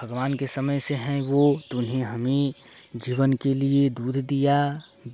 भगवान के समय से हैं वो तो उन्हें हमें जीवन के लिए दूध दिया